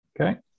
Okay